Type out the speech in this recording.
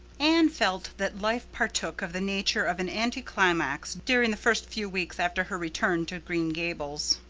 anne felt that life partook of the nature of an anticlimax during the first few weeks after her return to green gables.